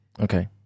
Okay